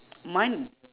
mine